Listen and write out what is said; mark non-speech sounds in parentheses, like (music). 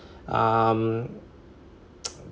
um (noise)